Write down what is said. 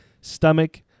stomach